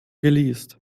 geleast